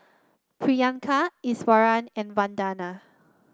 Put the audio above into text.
Priyanka Iswaran and Vandana